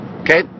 Okay